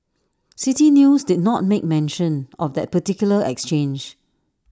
City News did not make mention of that particular exchange